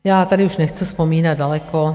Já tady už nechci vzpomínat daleko.